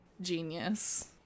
genius